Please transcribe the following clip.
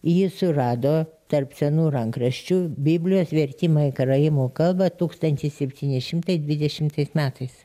jis surado tarp senų rankraščių biblijos vertimą į karaimų kalbą tūkstantis septyni šimtai dvidešimtais metais